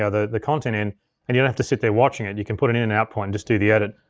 ah the the content in and and have to sit there watching it. you can put an in and out point and just do the edit.